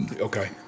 Okay